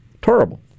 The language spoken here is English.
Terrible